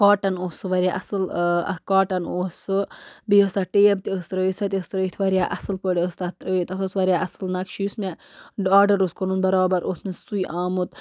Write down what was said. cotton اوس سُہ واریاہ اصٕل اَکھ کاٹَن اوس سُہ بیٚیہِ یۄس تَتھ ٹیب تہِ ٲس ترٛٲیِتھ سۄ تہِ ٲسۍ ترٛٲیِتھ واریاہ اصٕل پٲٹھۍ ٲس تَتھ ترٛٲیِتھ تَتھ اوس واریاہ اصٕل نقشہٕ یُس مےٚ آرڈَر اوس کوٚرمُت برابر اوس مےٚ سُے آمُت